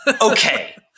okay